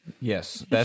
Yes